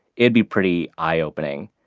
it'd be pretty eye-opening.